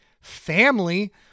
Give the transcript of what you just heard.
family